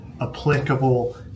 applicable